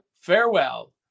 farewell